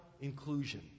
inclusion